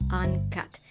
uncut